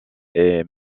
est